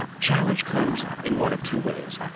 challenge comes in one of two ways.